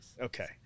Okay